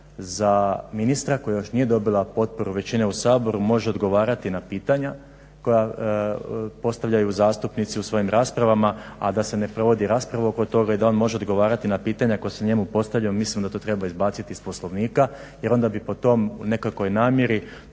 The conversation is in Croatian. za ministra koja još nije dobila potporu većine u Saboru može odgovarati na pitanja koja postavljaju zastupnici u svojim raspravama, a da se ne provodi rasprava oko toga i da on može odgovarati na pitanja koja su njemu postavlja mislim da to treba izbaciti iz poslovnika jer onda bi po toj nekakvoj namjeri